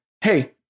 hey